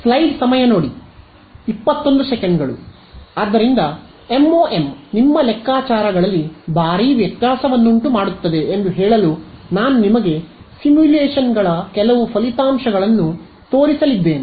ಆದ್ದರಿಂದMoM ನಿಮ್ಮ ಲೆಕ್ಕಾಚಾರಗಳಲ್ಲಿ ಭಾರಿ ವ್ಯತ್ಯಾಸವನ್ನುಂಟು ಮಾಡುತ್ತದೆ ಎಂದು ಹೇಳಲು ನಾನು ನಿಮಗೆ ಸಿಮ್ಯುಲೇಶನ್ಗಳ ಕೆಲವು ಫಲಿತಾಂಶಗಳನ್ನು ತೋರಿಸಲಿದ್ದೇನೆ